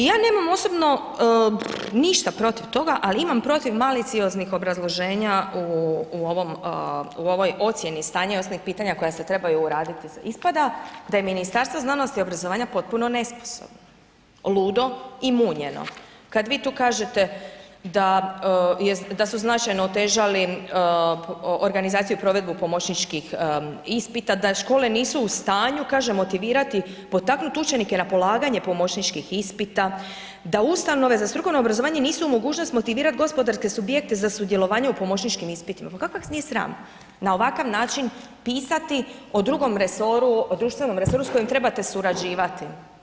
Ja nemam osobno ništa protiv toga ali imam protiv malicioznih obrazloženja u ovoj ocjeni stanja i osnovnih pitanja koja se trebaju uraditi, ispada je Ministarstvo znanosti i obrazovanja potpuno nesposobno, ludo i munjeno kad vi ti kažete da su značajno otežali organizaciju i provedbu pomoćničkih ispita, da škole nisu u stanju kaže, motivirati, potaknuti učenike na polaganje pomoćničkih ispita, da ustanove za strukovno obrazovanje nisu u mogućnosti motivirati gospodarske subjekte za sudjelovanje u pomoćničkim ispitima, pa kako vas nije sram na ovakav način pisati od društvenom resoru s kojim trebate surađivati?